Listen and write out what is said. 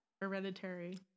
hereditary